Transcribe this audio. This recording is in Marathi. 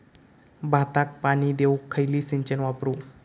भाताक पाणी देऊक खयली सिंचन वापरू?